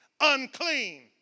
unclean